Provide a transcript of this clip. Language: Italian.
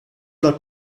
dal